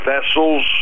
vessels